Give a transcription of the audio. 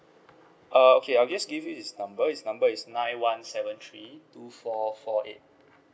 uh okay I'll just give you his number his number is nine one seven three two four four eight